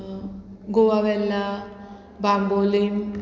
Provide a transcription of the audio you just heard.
Goa Velha Bambolim